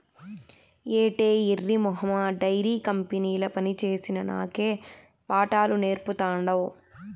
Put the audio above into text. ఏటే ఎర్రి మొహమా డైరీ కంపెనీల పనిచేసిన నాకే పాఠాలు నేర్పతాండావ్